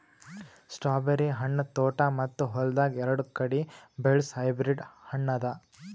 strawberry ಹಣ್ಣ ತೋಟ ಮತ್ತ ಹೊಲ್ದಾಗ್ ಎರಡು ಕಡಿ ಬೆಳಸ್ ಹೈಬ್ರಿಡ್ ಹಣ್ಣ ಅದಾ